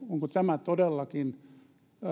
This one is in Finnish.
onko tämä todellakin